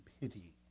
pity